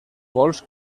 vols